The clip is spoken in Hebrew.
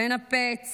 לנפץ